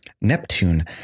Neptune